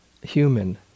human